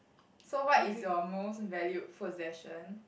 so what is your most valued possession